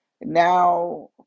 now